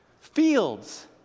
Fields